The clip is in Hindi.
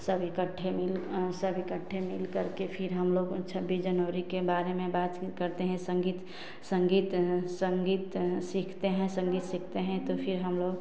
सब इकठ्ठे मिल सब इकठ्ठे मिलकर फिर हमलोग छब्बीस जनवरी के बारे में बातचीत करते हैं संगीत संगीत सीखते हैं संगीत सीखते हैं तो फिर हमलोग